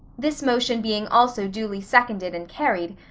this motion being also duly seconded and carried,